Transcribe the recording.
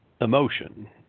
emotion